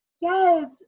Yes